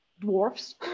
dwarfs